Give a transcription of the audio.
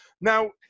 Now